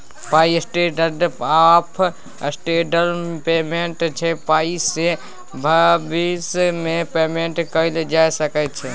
पाइ standard of deferred payment छै पाइसँ भबिस मे पेमेंट कएल जा सकै छै